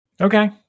Okay